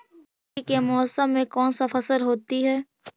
ठंडी के मौसम में कौन सा फसल होती है?